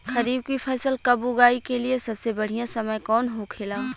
खरीफ की फसल कब उगाई के लिए सबसे बढ़ियां समय कौन हो खेला?